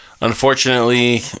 unfortunately